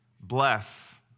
Bless